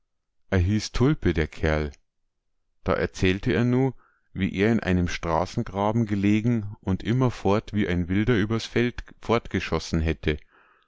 hieß tulpe der kerl da erzählt er nu wie er in einem straßengraben gelegen und immerfort wie ein wilder übers feld fortgeschossen hätte